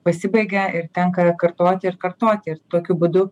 pasibaigia ir tenka kartoti ir kartoti ir tokiu būdu